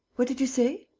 what did you say?